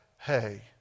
Hey